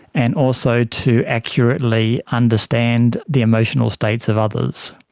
and also to accurately understand the emotional states of others.